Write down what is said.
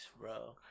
bro